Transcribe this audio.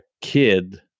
kid